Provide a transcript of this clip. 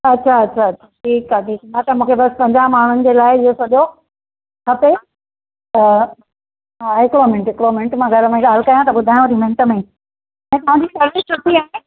अच्छा अच्छा अछा ठीक आहे ठीक आहे त मूंखे बसि पंजाहु माण्हुनि जे लाइ इहो सॼो खपे त हा हिकिड़ो मिंट हिकिड़ो मिंट मां घर में ॻाल्हि करियां त ॿुधायांव थी मिंट में ई तव्हां जी सर्विस सुठी आहे